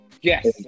Yes